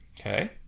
Okay